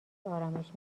آرامش